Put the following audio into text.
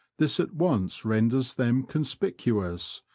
this at once renders them con spicuous,